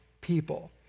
people